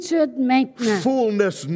Fullness